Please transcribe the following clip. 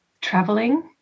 traveling